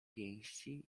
pięści